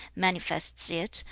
manifests it,